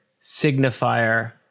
signifier